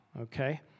okay